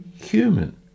human